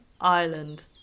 Ireland